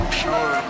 pure